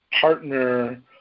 partner